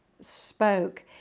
spoke